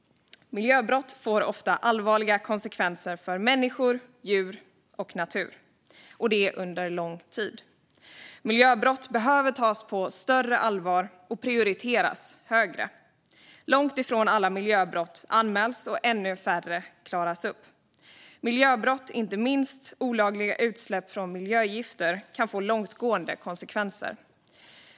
Miljöbrott får ofta allvarliga konsekvenser för människor, djur och natur, och detta under lång tid. Miljöbrott behöver tas på större allvar och prioriteras högre. Långt ifrån alla miljöbrott anmäls, och ännu färre klaras upp. Miljöbrott, inte minst olagliga utsläpp av miljögifter, kan få långtgående konsekvenser.